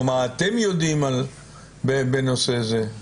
או מה אתם יודעים בנושא זה.